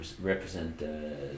represent